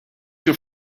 your